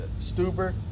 Stuber